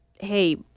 hey